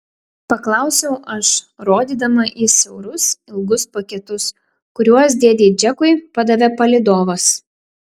paklausiau aš rodydama į siaurus ilgus paketus kuriuos dėdei džekui padavė palydovas